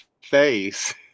face